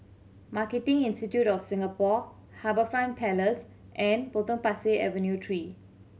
Marketing Institute of Singapore HarbourFront Place and Potong Pasir Avenue Three